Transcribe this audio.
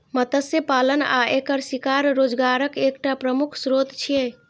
मत्स्य पालन आ एकर शिकार रोजगारक एकटा प्रमुख स्रोत छियै